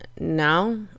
now